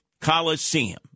Coliseum